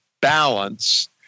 balance